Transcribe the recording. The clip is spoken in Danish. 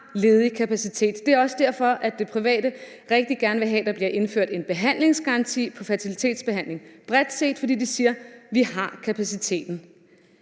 ledig kapacitet. Det er også derfor, at det private rigtig gerne vil have, at der bliver indført en behandlingsgaranti på fertilitetsbehandling bredt set, for de siger: Vi har kapaciteten.